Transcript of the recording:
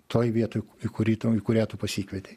toj vietoj į kurį tu į kurią tu pasikvietei